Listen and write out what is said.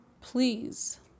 Please